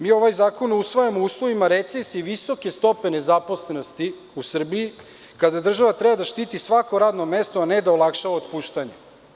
Mi ovaj zakon usvajamo u uslovima recesije visoke stope nezaposlenosti u Srbiji, kada država treba da štiti svako radno mesto, a ne da olakšava otpuštanja.